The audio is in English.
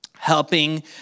helping